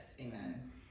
Amen